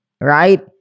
right